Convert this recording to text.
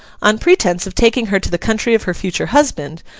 on pretence of taking her to the country of her future husband,